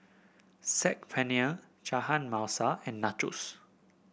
Saag Paneer Chana Masala and Nachos